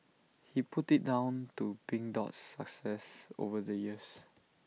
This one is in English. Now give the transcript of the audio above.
he put IT down to pink Dot's success over the years